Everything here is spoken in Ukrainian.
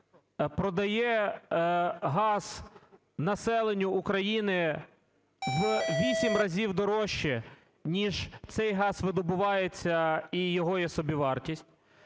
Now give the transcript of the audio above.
продає газ населенню України в вісім разів дорожче, ніж цей газ видобувається і його є собівартість.